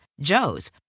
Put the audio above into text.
Joe's